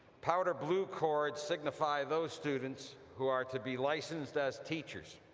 powder blue cords signify those students who are to be licensed as teachers.